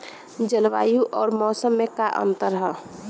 जलवायु अउर मौसम में का अंतर ह?